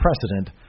precedent